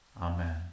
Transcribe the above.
Amen